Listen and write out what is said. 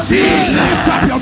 Jesus